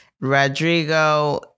Rodrigo